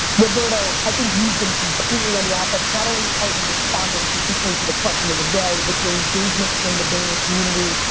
roberto, i think you've been completely on your ah offense not only, are you responding consistently to the question of the day but your engagement within the vayner community,